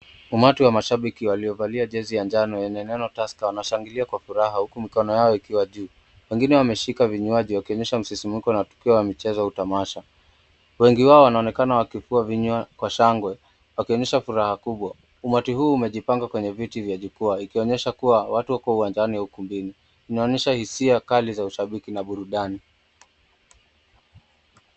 Umati wa mashabiki waliovalia jezi ya njano yenye neno Tasker wanashangilia kwa furaha huku mikono yao ikiwa juu. Wengine wameshika vinywaji wakionyesha msisimko na tukio la michezo au tamasha. Wengi wao wanaonekana wakifungua vinywa kwa shangwe wakionyesha furaha kubwa. Umati huu umejipanga kwenye viti vya jukwaa ikionyesha kuwa watu wako uwanjani ukumbini. Inaonyesha hisia kali za ushabiki na burudani.